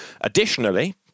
Additionally